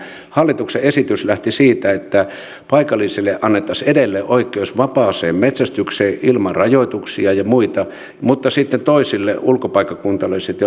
hallituksen esitys lähti siitä että paikallisille annettaisiin edelleen oikeus vapaaseen metsästykseen ilman rajoituksia ja muita mutta sitten toisilta ulkopaikkakuntalaisilta